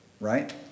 right